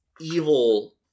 evil